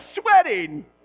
sweating